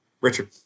Richard